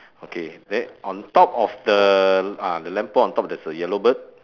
okay then on top of the ah the lamp post on top there's a yellow bird